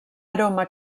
aroma